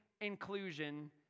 inclusion